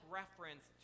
reference